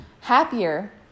happier